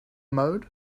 mode